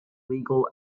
legal